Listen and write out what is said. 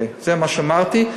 זה מה שאמרתי,